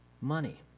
money